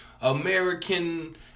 American